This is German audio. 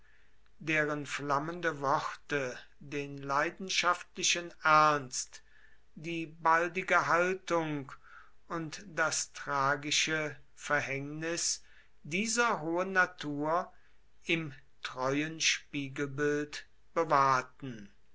deren flammende worte den leidenschaftlichen ernst die baldige haltung und das tragische verhängnis dieser hohen natur im treuen spiegelbild bewahrten